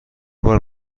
بار